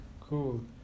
Cool